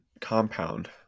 compound